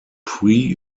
pre